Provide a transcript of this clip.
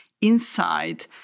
inside